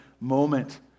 moment